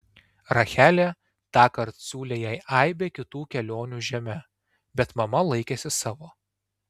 rachelė tąkart siūlė jai aibę kitų kelionių žeme bet mama laikėsi savo